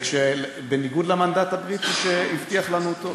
בניגוד למנדט הבריטי, שהבטיח לנו אותו?